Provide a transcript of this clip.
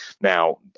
Now